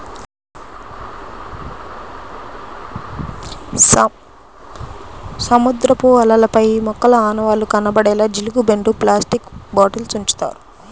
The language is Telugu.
సముద్రపు అలలపై ఈ మొక్కల ఆనవాళ్లు కనపడేలా జీలుగు బెండ్లు, ప్లాస్టిక్ బాటిల్స్ ఉంచుతారు